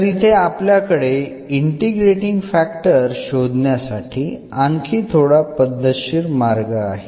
तर इथे आपल्याकडे इंटिग्रेटींग फॅक्टर शोधण्यासाठी आणखी थोडा पद्धतशीर मार्ग आहे